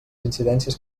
incidències